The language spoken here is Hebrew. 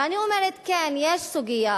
ואני אומרת: כן, יש סוגיה